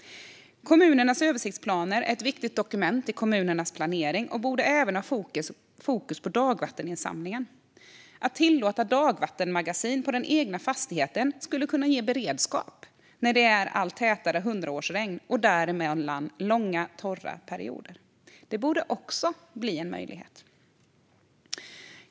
Kommunernas översiktsplaner är ett viktigt dokument i kommunernas planering. De borde även ha fokus på dagvatteninsamlingen. Att tillåta dagvattenmagasin på den egna fastigheten skulle kunna ge beredskap när det är allt tätare hundraårsregn och däremellan långa torra perioder. Det borde också bli en möjlighet.